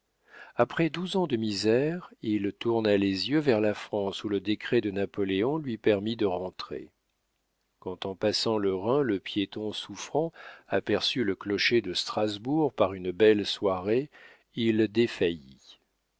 après douze ans de misères il tourna les yeux vers la france où le décret de napoléon lui permit de rentrer quand en passant le rhin le piéton souffrant aperçut le clocher de strasbourg par une belle soirée il défaillit